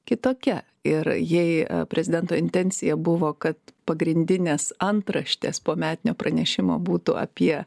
kitokia ir jei prezidento intencija buvo kad pagrindinės antraštės po metinio pranešimo būtų apie